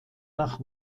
nach